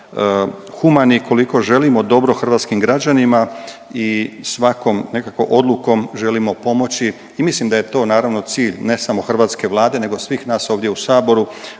društvo, kao vlada humani, koliko želimo dobro hrvatskim građanima i svakom nekako odlukom želimo pomoći i mislim da je to naravno, cilj, ne samo hrvatske Vlade nego svih nas ovdje u Saboru